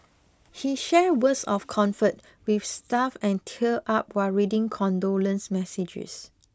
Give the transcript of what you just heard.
he shared words of comfort with staff and teared up while reading condolence messages